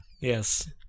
Yes